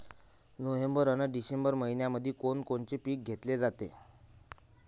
November अन December मइन्यामंधी कोण कोनचं पीक घेतलं जाते?